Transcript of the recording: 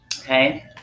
okay